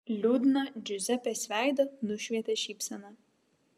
liūdną džiuzepės veidą nušvietė šypsena